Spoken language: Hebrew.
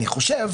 אני חושב,